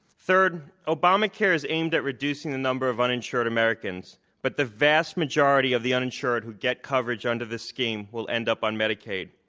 third, obamacare is aimed at reducing the number of uninsured americans, but the vast majority of the uninsured who get coverage under this scheme will end up on medicaid.